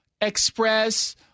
express